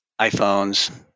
iPhones